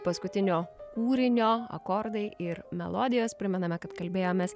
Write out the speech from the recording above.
paskutinio kūrinio akordai ir melodijos primename kad kalbėjomės